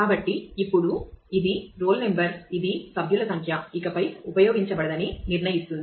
కాబట్టి ఇప్పుడు ఇది రోల్ నంబర్ ఇది సభ్యుల సంఖ్య ఇకపై ఉపయోగించబడదని నిర్ణయిస్తుంది